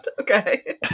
okay